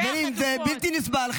חברים, זה בלתי נסבל.